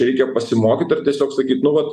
reikia pasimokyt ar tiesiog sakyt nu vat